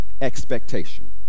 Expectation